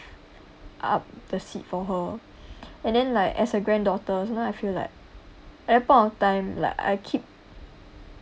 up the seat for her and then like as a granddaughter sometime I feel like at that point of time like I keep